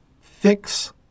fix